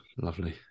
lovely